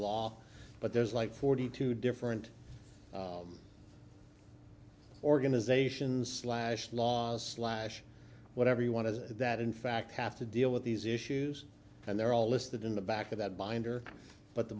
law but there's like forty two different organizations slash laws slash whatever you want to say that in fact have to deal with these issues and they're all listed in the back of that binder but the